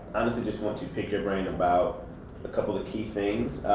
honestly just want to pick your brain about a couple of key things.